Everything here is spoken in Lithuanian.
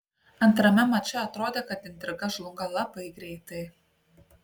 antrame mače atrodė kad intriga žlunga labai greitai